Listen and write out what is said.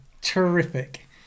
terrific